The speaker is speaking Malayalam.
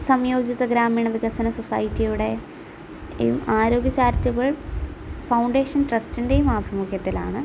സംയോജിത ഗ്രാമീണ വികസന സൊസൈറ്റിയുടെയും ഈ ആരോഗ്യ ചാരിറ്റബിൾ ഫൗണ്ടേഷൻ ട്രസ്റ്റിൻ്റെയും ആഭിമുഖ്യത്തിലാണ്